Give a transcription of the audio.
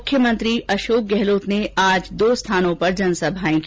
मुख्यमंत्री अशोक गहलोत ने आज दो स्थानों पर जन सभाए की